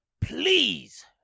Please